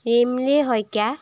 Rimli Saikia